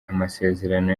amasezerano